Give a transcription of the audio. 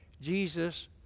Jesus